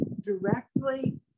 directly